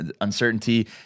uncertainty